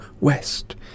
west